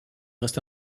reste